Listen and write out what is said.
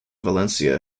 valencia